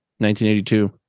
1982